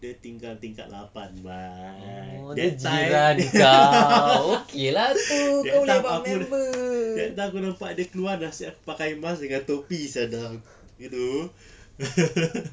dia tinggal tingkat lapan that time that time aku that time aku nampak dia keluar nasib aku pakai mask dengan topi sia you know